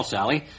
Sally